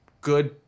good